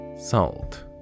Salt